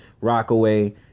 Rockaway